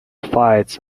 fights